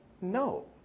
No